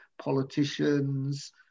politicians